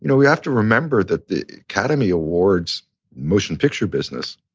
you know we have to remember that the academy awards motion picture business